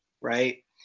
right